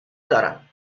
دارم